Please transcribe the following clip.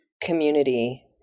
community